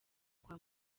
kwa